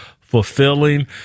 fulfilling